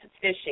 fishing